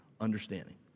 understanding